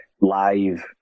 live